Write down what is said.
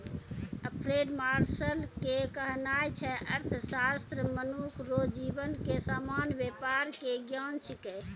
Alfred Marshall के कहनाय छै अर्थशास्त्र मनुख रो जीवन के सामान्य वेपार के ज्ञान छिकै